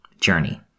journey